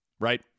Right